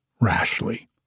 rashly